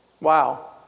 Wow